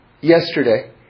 yesterday